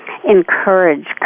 Encourage